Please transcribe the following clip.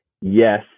Yes